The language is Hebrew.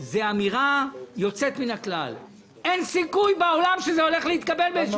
זו אמירה יוצאת מן הכלל אבל אין סיכוי בעולם שזה הולך להתקבל.